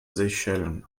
seychellen